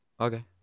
Okay